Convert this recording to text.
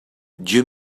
dieu